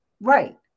Right